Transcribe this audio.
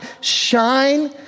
shine